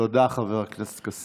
תודה, חבר הכנסת.